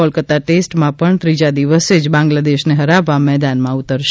કોલકતા ટેસ્ટમાં પણ ત્રીજા દિવસે જ બાંગ્લાદેશને હરાવવા મેદાનમાં ઉતરશે